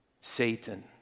Satan